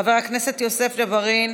חבר הכנסת יוסף ג'בארין,